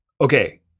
okay